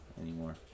anymore